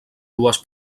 dues